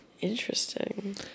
Interesting